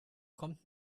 kommt